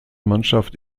mannschaft